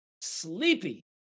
sleepy